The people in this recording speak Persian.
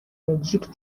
بلژیک